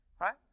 right